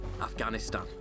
Afghanistan